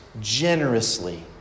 generously